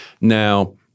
Now